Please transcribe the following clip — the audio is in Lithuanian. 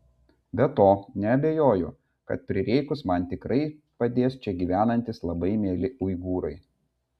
be to neabejoju kad prireikus man tikrai padės čia gyvenantys labai mieli uigūrai